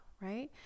right